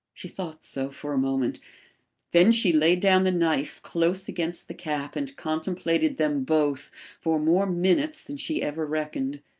she thought so for a moment then she laid down the knife close against the cap and contemplated them both for more minutes than she ever reckoned.